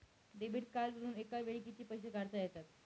Debit कार्डवरुन एका वेळी किती पैसे काढता येतात?